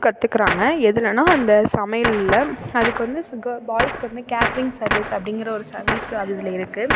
கற்றுக்குறாங்க எதுலனா அந்த சமையலில் அதுக்கு வந்து கே பாய்ஸுக்கு வந்து கேட்ரிங் சர்வீஸ் அப்படிங்கிற ஒரு சர்வீஸ் அது இதில் இருக்குது